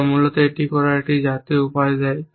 যা মূলত এটি করার একটি জাতীয় উপায় দেয়